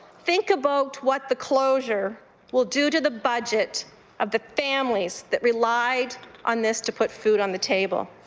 think about what the closure will do to the budget of the families that relied on this to put food on the table.